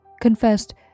confessed